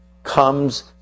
Comes